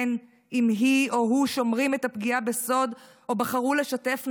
בין שהיא או הוא שומרים את הפגיעה בסוד ובין שבחרו לשתף,